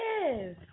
Yes